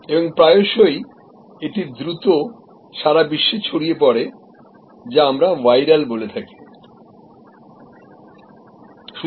অনেক সময়ই এটি দ্রুত সারা বিশ্বে ছড়িয়ে পড়ে যখন আমরা বলে থাকি যে এটা ভাইরাল হয়ে গেছে